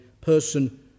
person